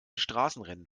straßenrennen